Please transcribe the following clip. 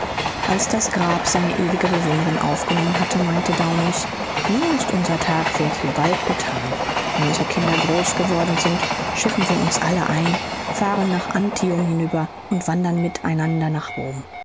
als das grab seine ewige bewohnerin aufgenommen hatte meinte daunus nun ist unser tagewerk hier bald gethan wenn unsere kinder groß geworden sind schiffen wir uns alle ein fahren nach antium hinüber und wandern mit einander nach